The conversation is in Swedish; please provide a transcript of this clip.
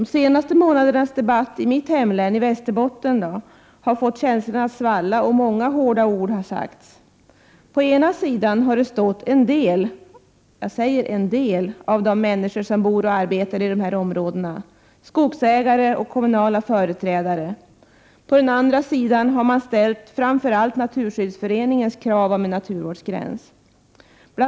De senaste månadernas debatt i mitt hemlän, Västerbotten, har fått känslorna att svalla, och många hårda ord har sagts. På ena sidan har det stått en del — jag säger en del — av de människor som bor och arbetar i de här områdena, skogsägare och kommunala företrädare. På den andra sidan har man ställt framför allt Naturskyddsföreningens krav om en naturvårdsgräns.